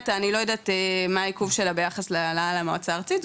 אני לא יודעת מה העיכוב שלה ביחס להעלאה למועצה הארצית,